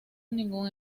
ningún